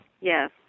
yes